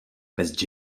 bez